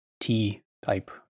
T-type